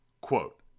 Quote